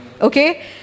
okay